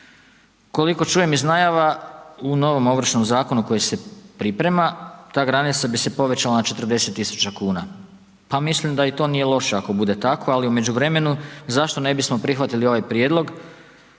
Koliko čujem iz najava u novom Ovršnom zakonu koji se priprema ta granica bi se povećala na 40.000,00 kn, pa mislim da i to nije loše ako bude tako, ali u međuvremenu zašto ne bismo prihvatili ovaj prijedlog,